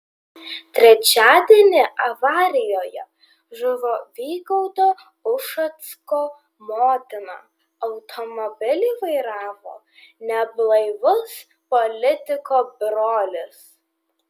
trečiadienį avarijoje žuvo vygaudo ušacko motina automobilį vairavo neblaivus politiko brolis